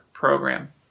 Program